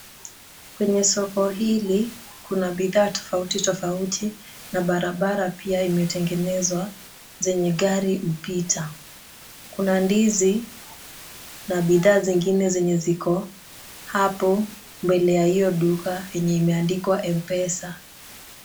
Kwenye soko hili, kuna bidhaa tofauti tofauti na barabara pia imetengenezwa zenye gari upita, kuna ndizi, na bidhaa zingine zenye ziko, hapo mbele ya hiyo duka yenye imeandikwa M-PESA.